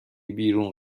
بیرون